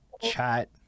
chat